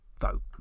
vote